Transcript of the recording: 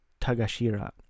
Tagashira